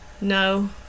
No